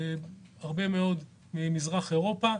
הרבה מאוד ממזרח אירופה.